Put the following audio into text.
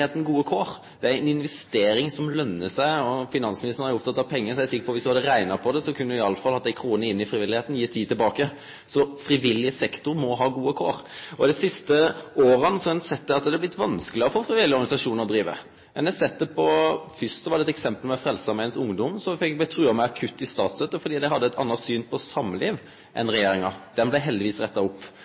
er ei investering som løner seg. Finansministeren er jo oppteken av pengar, og eg er sikker på at viss ein hadde rekna på det, hadde ein i alle fall funne at éi krone inn i frivilligheita gir ti tilbake. Frivillig sektor må ha gode kår. Dei siste åra har ein sett at det er blitt vanskelegare for frivillige organisasjonar å drive. Fyrst var det eit eksempel med Frelsesarmeens ungdom, som blei trua med kutt i statsstøtte fordi dei hadde eit anna syn på samliv enn regjeringa. Det blei heldigvis retta opp.